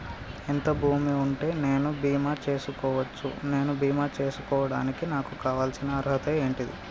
ఎంత భూమి ఉంటే నేను బీమా చేసుకోవచ్చు? నేను బీమా చేసుకోవడానికి నాకు కావాల్సిన అర్హత ఏంటిది?